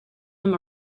him